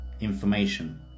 information